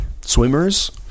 swimmers